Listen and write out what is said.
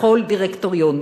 בכל דירקטוריון.